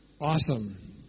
awesome